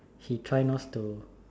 she try not to